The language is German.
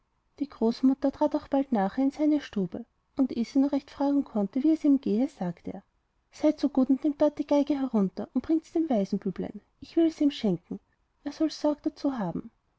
die großmutter trat auch bald nachher in seine stube und eh sie nur recht fragen konnte wie es ihm gehe sagte er seid so gut und nehmt dort die geige herunter und bringt sie dem waisenbüblein ich will sie ihm schenken er soll sorg dazu haben